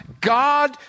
God